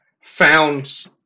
found